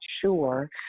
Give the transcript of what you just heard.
sure